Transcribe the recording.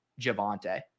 Javante